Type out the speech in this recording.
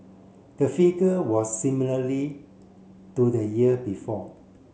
the figure was similarly to the year before